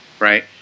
Right